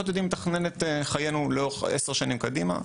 יודעים לתכנן את חיינו ל-10 שנים קדימה,